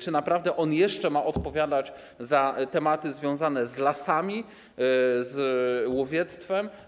czy naprawdę on jeszcze ma odpowiadać za tematy związane z lasami, z łowiectwem?